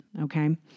okay